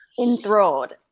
Enthralled